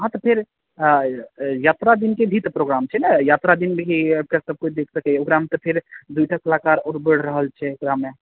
हँ तऽ फेर यात्रा दिन के भी प्रोग्राम छै ने यात्रा दिन भी सबकोइ देख सकैया ओकरा मे तऽ फेर दूटा कलाकार और बैढ़ रहल छै ओकरामे